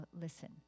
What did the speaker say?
Listen